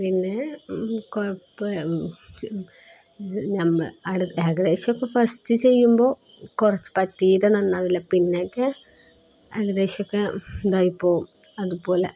പിന്നെ ഏകദേശമൊക്കെ ഫസ്റ്റ് ചെയ്യുമ്പോള് കുറച്ച് നന്നാവില്ല പിന്നെയൊക്കെ ഏകദേശമൊക്കെ ഇതായിപ്പോകും അതുപോലെ